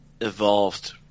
evolved